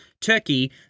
Turkey